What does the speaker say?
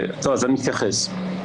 אני אתייחס.